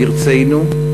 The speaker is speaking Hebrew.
מרצנו,